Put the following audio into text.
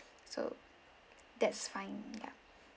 so that's fine yeah